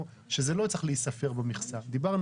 אפשר לקבל 15% שלא ייספר במכסה,